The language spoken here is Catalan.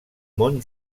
món